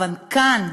אבל כאן,